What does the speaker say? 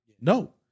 No